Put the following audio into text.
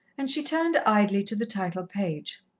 and she turned idly to the title-page.